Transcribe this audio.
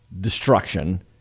destruction